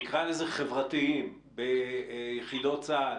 נקרא לזה חברתיים ביחידות הצבא,